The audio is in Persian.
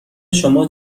شما